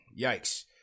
yikes